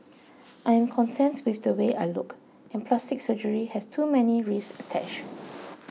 I am content with the way I look and plastic surgery has too many risks attached